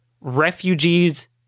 refugees